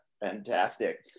Fantastic